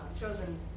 chosen